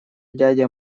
дядя